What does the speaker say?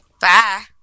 Bye